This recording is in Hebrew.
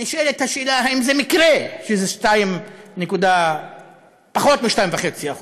נשאלת השאלה אם זה מקרה שזה פחות מ-2.5%,